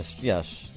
Yes